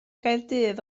gaerdydd